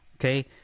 okay